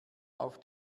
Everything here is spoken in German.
auf